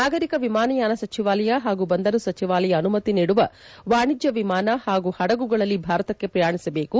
ನಾಗರಿಕ ವಿಮಾನಯಾನ ಸಚಿವಾಲಯ ಹಾಗೂ ಬಂದರು ಸಚಿವಾಲಯ ಅನುಮತಿ ನೀಡುವ ವಾಣಿಜ್ಯ ವಿಮಾನ ಮತ್ತು ಪಡಗುಗಳಲ್ಲಿ ಭಾರತಕ್ಷೆ ಪ್ರಯಾಣಿಸಬೇಕು